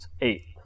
eight